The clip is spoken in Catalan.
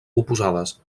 oposades